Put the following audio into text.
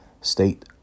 state